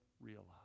realize